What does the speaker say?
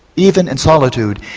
even in solitude,